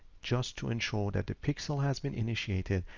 just to ensure that the pixel has been initiated,